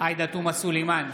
עאידה תומא סלימאן,